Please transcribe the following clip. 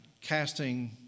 casting